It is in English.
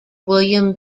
william